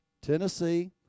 Tennessee